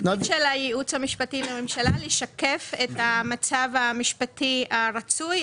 התפקיד של הייעוץ המשפטי לממשלה לשקף את המצב המשפטי הרצוי.